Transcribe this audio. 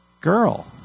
girl